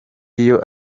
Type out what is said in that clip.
iyo